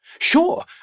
Sure